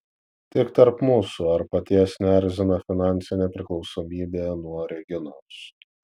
tik tarp mūsų ar paties neerzina finansinė priklausomybė nuo reginos